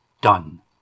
Done